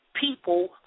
people